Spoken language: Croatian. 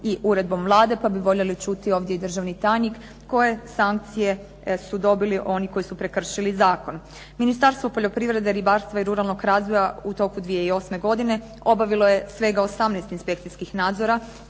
i uredbom Vlade, pa bi voljeli čuti ovdje i državni tajnik koje sankcije su dobili oni koji su prekršili zakon. Ministarstvo poljoprivrede, ribarstva i ruralnog razvoja u toku 2008. godine obavilo je svega 18 inspekcijskih nadzora